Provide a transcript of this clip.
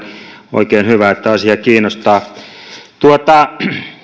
oikein hyvä että asia kiinnostaa